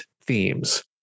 themes